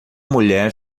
mulher